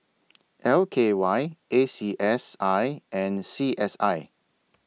L K Y A C S I and C S I